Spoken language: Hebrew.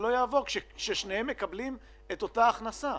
כששניהם מקבלים את אותה הכנסה.